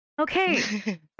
Okay